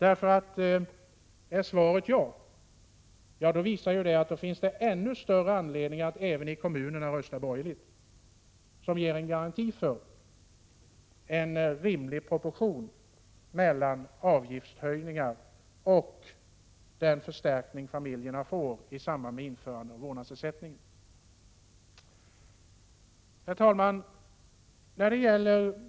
Är svaret ja, visar ju detta att det finns ännu större anledning att rösta borgerligt även i kommunalvalet, vilket skulle garantera en rimlig proportion mellan avgiftshöjningar och den förstärkning som barnfamiljerna får i samband med införande av vårdnadsersättningen. Herr talman!